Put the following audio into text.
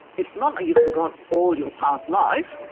it's not like you forget all your past life,